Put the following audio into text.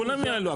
כולם יעלו.